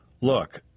Look